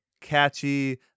Catchy